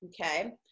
Okay